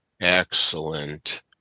excellent